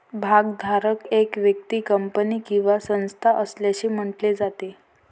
भागधारक एक व्यक्ती, कंपनी किंवा संस्था असल्याचे म्हटले जाते